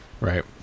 Right